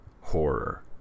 horror